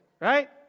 right